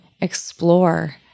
explore